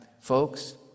folks